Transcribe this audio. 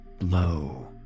low